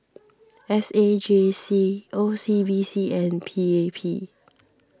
S A J C O C B C and P A P